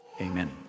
amen